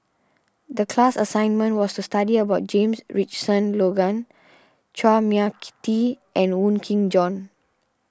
the class assignment was to study about James Richardson Logan Chua Mia Tee and Wong Kin Jong